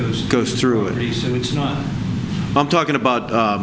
goes goes through it he said it's not i'm talking about